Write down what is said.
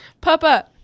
Papa